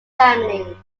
family